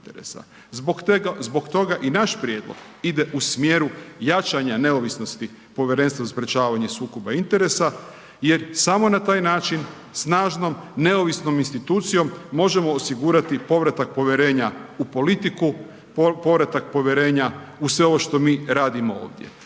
Zbog toga i naš prijedlog ide u smjeru jačanja neovisnosti Povjerenstva za sprječavanje sukoba interesa jer samo na taj način, snažnom, neovisnom institucijom možemo osigurati povratak povjerenja u politiku, povratak povjerenja u sve ovo što mi radimo ovdje.